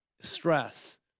stress